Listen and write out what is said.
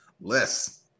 Less